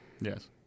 Yes